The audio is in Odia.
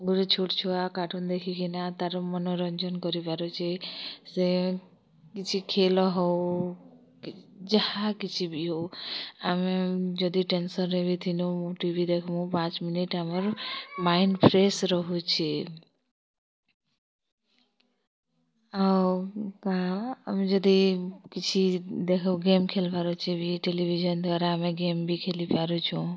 ଗୁଟେ ଛୋଟ୍ ଛୁଆ କାର୍ଟୁନ୍ ଦେଖିକିନା ତାର୍ ମନୋରଞ୍ଜନ୍ କରି ପାରୁଛେ ସେ କିଛି ଖେଲ୍ ହଉ ଯାହା କିଛି ବି ହଉ ଆମେ ଯଦି ଟେନ୍ସନ୍ରେ ଥିମୁ ଟି ଭି ଦେଖ୍ମୁ ପାଞ୍ଚ୍ ମିନିଟ୍ ଆମର୍ ମାଇଣ୍ଡ୍ ଫ୍ରେସ୍ ରହୁଛେ ଆଉ କାଁ ଆମେ ଯଦି କିଛି ଗେମ୍ ଖେଲ୍ବାର୍ ଅଛେ ବି ଟେଲିଭିଜନ୍ ଦ୍ୱାରା ଆମେ ଗେମ୍ ବି ଖେଲିପାରୁଚୁଁ